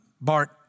Bart